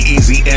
Easy